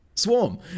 Swarm